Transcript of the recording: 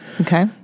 Okay